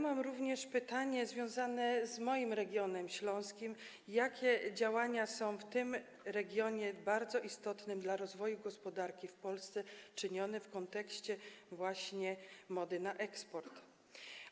Mam również pytanie związane z moim regionem śląskim: Jakie działania są podejmowane w tym regionie, bardzo istotnym dla rozwoju gospodarki w Polsce, właśnie w kontekście mody na eksport?